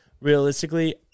realistically